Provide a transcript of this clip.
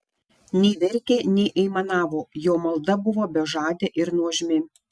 nei verkė nei aimanavo jo malda buvo bežadė ir nuožmi